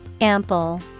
Ample